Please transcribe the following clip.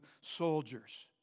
soldiers